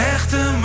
Echte